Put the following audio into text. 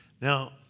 now